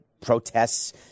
protests